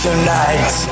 Tonight